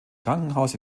krankenhaus